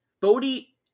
Bodhi